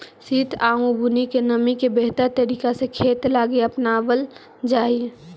सित आउ बुन्नी के नमी के बेहतर तरीका से खेती लागी अपनाबल जा हई